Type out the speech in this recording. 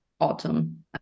autumn